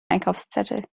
einkaufszettel